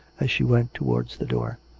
as she went towards the door.